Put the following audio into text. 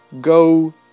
go